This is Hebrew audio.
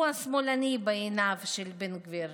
הוא שמאלני בעיניו של בן גביר.